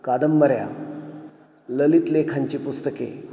कादंबऱ्या ललित लेखांची पुस्तके